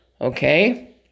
Okay